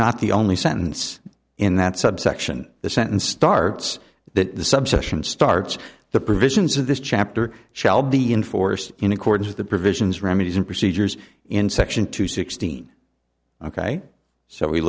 not the only sentence in that subsection the sentence starts the subsection starts the provisions of this chapter shall be enforced in accordance with the provisions remedies and procedures in section two sixteen ok so we